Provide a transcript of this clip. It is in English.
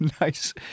Nice